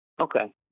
Okay